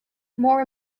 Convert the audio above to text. more